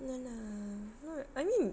ya lah not I mean